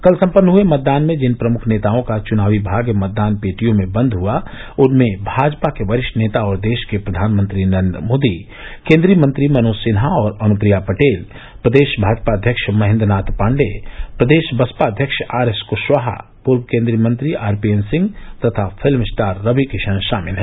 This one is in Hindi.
कल सम्पन्न हुये मतदान में जिन प्रमुख नेताओं का चुनावी भाग्य मतदान पेटियों में बन्द हुआ उनमें भाजपा के वरिश्ठ नेता ओर देष के प्रधानमंत्री नरेन्द्र मोदी केन्द्रीय मंत्री मनोज सिन्हा और अनुप्रिया पटेल प्रदेष भाजपा अध्यक्ष महेन्द्र नाथ पाण्डेय प्रदेष बसपा अध्यक्ष आर एस कृषवाहा पूर्व केन्द्रीय मंत्री आरपीएन सिंह तथा फिल्म स्टार रवि किषन षामिल हैं